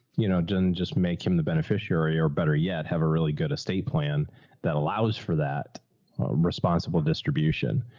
you know, jenn, just make him the beneficiary or better yet have a really good estate plan that allows for that responsible distribution.